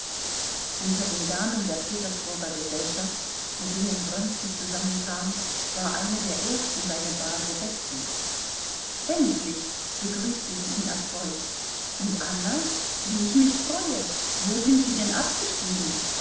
unter den damen der petersburger gesellschaft mit denen wronski zusammenkam war eine der ersten seine base betsy endlich begrüßte sie ihn erfreut und anna wie ich mich freue wo sind sie denn abgestiegen